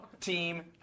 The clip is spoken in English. team